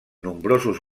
nombrosos